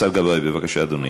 השר גבאי, בבקשה, אדוני.